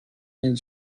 and